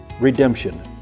redemption